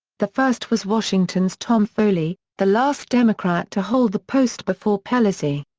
the first was washington's tom foley, the last democrat to hold the post before pelosi.